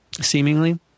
seemingly